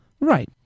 right